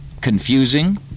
Confusing